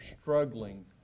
struggling